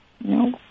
No